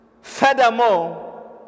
Furthermore